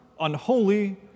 unholy